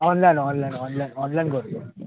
online online online online करूया